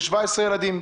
יש 17 ילדים,